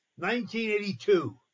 1982